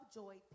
joy